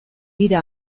bira